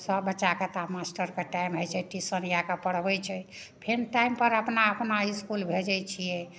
सब बच्चाके तब मास्टरके टाइम होइ छै ट्युशन जायके पढ़बै छै फेर टाइमपर अपना अपना इसकुल भेजै छियै